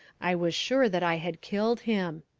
i was sure that i had killed him.